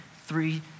three